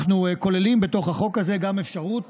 אנחנו כוללים בתוך החוק הזה גם אפשרות